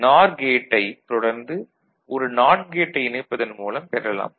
நார் கேட்டைத் தொடர்ந்து ஒரு நாட் கேட்டை இணைப்பது மூலம் பெறலாம்